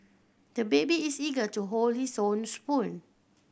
the baby is eager to hold his own spoon